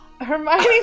Hermione